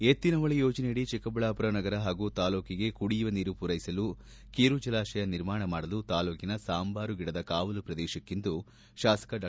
ಎಕ್ತಿನ ಹೊಳೆ ಯೋಜನೆಯಡಿ ಚಿಕ್ಕಬಳ್ಳಾಪುರ ನಗರ ಹಾಗೂ ತಾಲ್ಲೂಕಿಗೆ ಕುಡಿಯುವ ನೀರು ಪೂರೈಸಲು ಕಿರು ಜಲಾಶಯ ನಿರ್ಮಾಣ ಮಾಡಲು ತಾಲ್ಡೂಕಿನ ಸಾಂಬಾರು ಗಿಡದ ಕಾವಲು ಪ್ರದೇಶಕ್ಕಿಂದು ಶಾಸಕ ಡಾ